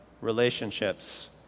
Relationships